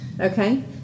okay